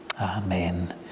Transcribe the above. Amen